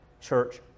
church